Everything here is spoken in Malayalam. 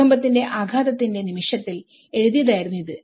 ഭൂകമ്പത്തിന്റെ ആഘാതത്തിന്റെ നിമിഷത്തിൽ എഴുതിയതായിരുന്നു ഇത്